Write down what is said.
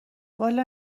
والا